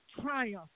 triumph